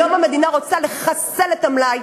היום המדינה רוצה לחסל את המלאי.